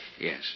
Yes